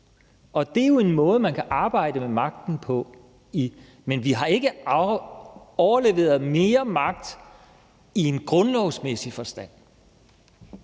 Det er jo en måde, man kan arbejde med magten på; men vi har ikke overleveret mere magt i en grundlovsmæssig forstand.